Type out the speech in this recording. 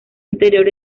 interior